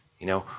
you know,